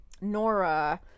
Nora